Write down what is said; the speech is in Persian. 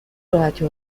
راحتی